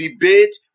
debate